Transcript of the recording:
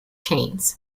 chains